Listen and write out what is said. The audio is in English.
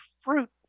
fruit